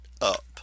up